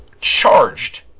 charged